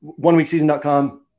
oneweekseason.com